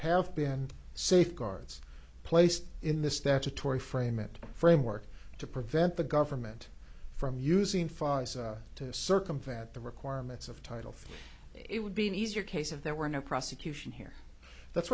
have been safeguards placed in the statutory frame and framework to prevent the government from using fire to circumvent the requirements of title three it would be an easier case if there were no prosecution here that's